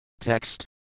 Text